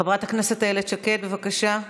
חברת הכנסת איילת שקד, בבקשה.